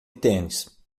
tênis